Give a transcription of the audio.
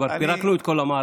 כבר פירקנו את כל המערכות.